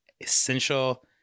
essential